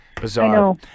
Bizarre